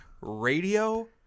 Radio